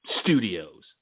studios